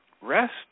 rest